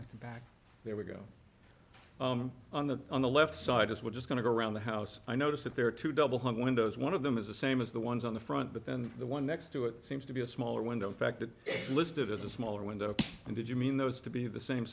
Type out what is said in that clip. the back there we go on the on the left side as we're just going to go around the house i noticed that there are two double hung windows one of them is the same as the ones on the front but then the one next to it seems to be a smaller window in fact it listed as a smaller window and did you mean those to be the same